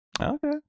Okay